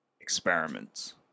experiments